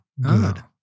good